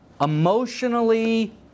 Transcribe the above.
Emotionally